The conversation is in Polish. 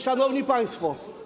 Szanowni Państwo!